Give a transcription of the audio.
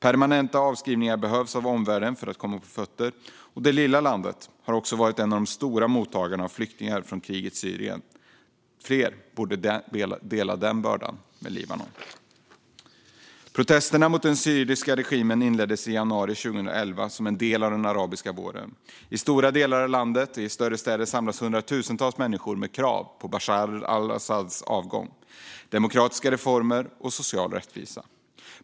Permanenta avskrivningar behövs av omvärlden för att landet ska komma på fötter. Detta lilla land har också varit en av de stora mottagarna av flyktingar från kriget i Syrien. Fler borde dela den bördan med Libanon. Protesterna mot den syriska regimen inleddes i januari 2011 som en del av den arabiska våren. I stora delar av landet och i större städer samlades hundratusentals människor med krav på president Bashar al-Asads avgång, demokratiska reformer och social rättvisa.